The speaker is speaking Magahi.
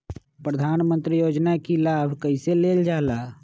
प्रधानमंत्री योजना कि लाभ कइसे लेलजाला?